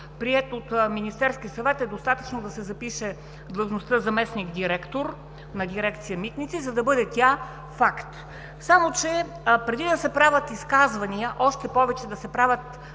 приет от Министерския съвет, е достатъчно да се запише длъжността „заместник-директор на дирекция „Митници“, за да бъде тя факт. Само че преди да се правят изказвания, още повече да се правят